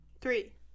Three